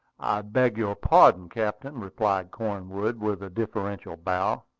beg your pardon, captain, replied cornwood with a deferential bow.